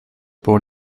born